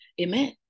Amen